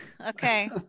Okay